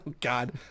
God